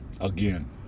again